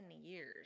years